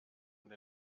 und